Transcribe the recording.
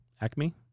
Acme